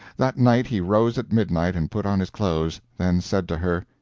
that night he rose at midnight and put on his clothes, then said to her,